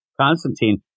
Constantine